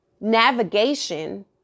navigation